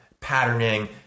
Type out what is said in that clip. patterning